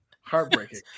Heartbreaking